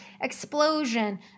explosion